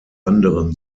anderem